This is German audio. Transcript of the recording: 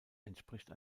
entspricht